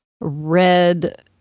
red